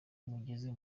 mugeze